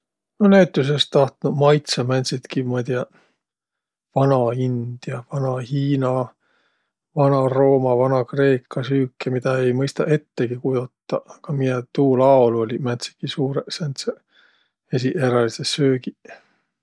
No näütüses tahtnuq maitsaq määntsitki ma ei tiiäq vanaindia, vanahiina, vanarooma, vanakreeka süüke, midä ei mõistaq ettegi kujotaq, a miä tuul aol olliq määntsegi suurõq sääntseq esiqerälidseq söögiq.